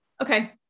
Okay